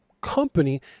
company